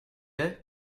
est